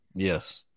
Yes